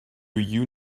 you